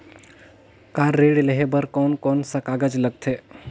Car ऋण लेहे बार कोन कोन सा कागज़ लगथे?